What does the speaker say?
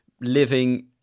living